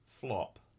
flop